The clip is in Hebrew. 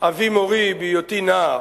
אבי מורי בהיותי נער,